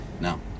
No